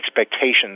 expectations